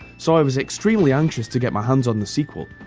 so i was extremely anxious to get my hands on the sequel.